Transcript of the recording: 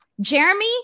Jeremy